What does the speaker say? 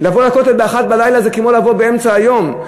לבוא לכותל ב-01:00 זה כמו לבוא באמצע היום,